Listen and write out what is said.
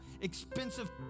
expensive